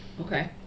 Okay